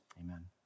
amen